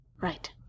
right